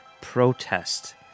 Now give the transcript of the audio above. protest